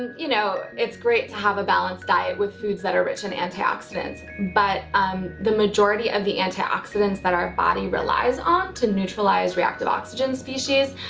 you know it's great to have a balanced diet with foods that are rich in antioxidants, but um the majority of the antioxidants that our body relies on to neutralise reactive oxygen species,